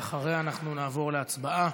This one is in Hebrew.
ואחריה אנחנו נעבור להצבעה,